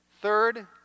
third